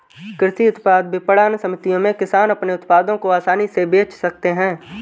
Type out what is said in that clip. कृषि उत्पाद विपणन समितियों में किसान अपने उत्पादों को आसानी से बेच सकते हैं